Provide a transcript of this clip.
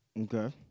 Okay